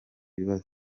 bibazo